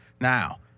Now